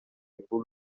پول